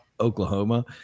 Oklahoma